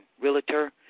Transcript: realtor